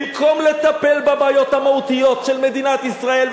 במקום לטפל בבעיות המהותיות של מדינת ישראל,